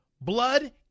Blood